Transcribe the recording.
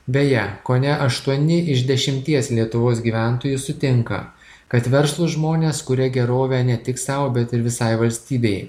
beje kone aštuoni iš dešimties lietuvos gyventojų sutinka kad verslūs žmonės kuria gerovę ne tik sau bet ir visai valstybei